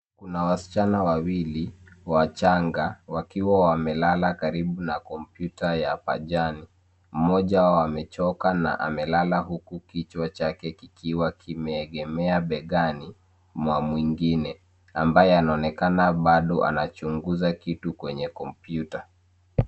Kuna wasichana wawili wachanga wakiwa wamelala karibu na kompyuta ya pajani . Mmoja wao amechoka na amelala huku kichwa chake kikiwa kimeegemea begani mwa mwingine ambaye anaonekana bado anachunguza kitu kwenye kompyuta.